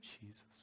jesus